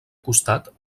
costat